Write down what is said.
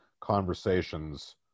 conversations